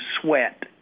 sweat